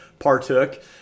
Partook